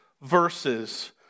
verses